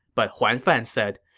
but huan fan said,